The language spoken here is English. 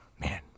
man